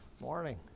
Morning